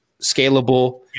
scalable